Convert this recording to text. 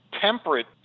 Temperate